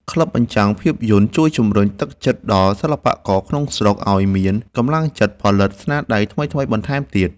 ក្លឹបបញ្ចាំងភាពយន្តជួយជំរុញទឹកចិត្តដល់សិល្បករក្នុងស្រុក ឱ្យមានកម្លាំងចិត្តផលិតស្នាដៃថ្មីៗបន្ថែមទៀត។